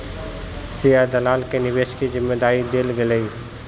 share दलाल के निवेश के जिम्मेदारी देल गेलै